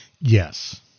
Yes